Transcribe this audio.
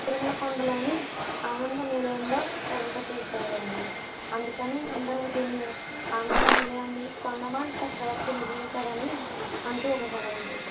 తిరుమల కొండలోని ఆనంద నిలయంలో తరింపచేసాడండి అందుకని అందరు దీన్ని ఆనందనిలయాన్ని తొండమాన్ చక్రవర్తి నిర్మించాడని అంటూ ఉంటారండి